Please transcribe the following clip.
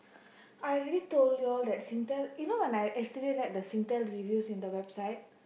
I already told you all that Singtel you know when I yesterday read the Singtel reviews at the website